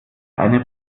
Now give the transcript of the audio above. eine